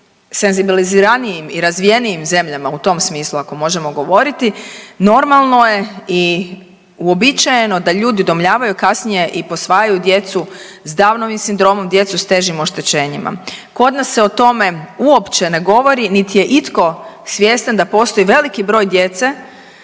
senzibiliziranijim i razvijenijim zemljama u tom smislu ako možemo govoriti normalno je i uobičajeno da ljudi udomljavaju, kasnije i posvajaju djecu s Downovim sindromom, djecu s težim oštećenjima. Kod nas se o tome uopće ne govori niti je itko svjestan da postoji veliki broj djece